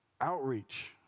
outreach